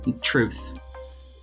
Truth